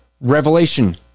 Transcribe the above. revelation